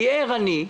תהיה ערני.